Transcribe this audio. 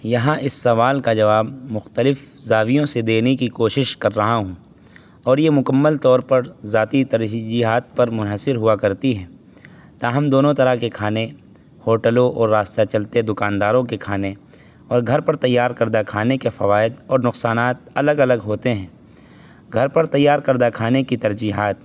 یہاں اس سوال کا جواب مختلف زاویوں سے دینے کی کوشش کر رہا ہوں اور یہ مکمل طور پر ذاتی ترہیجیحات پر منحصر ہوا کرتی ہیں تاہم دونوں طرح کے کھانے ہوٹلوں اور راستہ چلتے دکانداروں کے کھانے اور گھر پر تیار کردہ کھانے کے فوائد اور نقصانات الگ الگ ہوتے ہیں گھر پر تیار کردہ کھانے کی ترجیحات